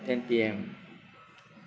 ten P_M